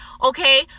okay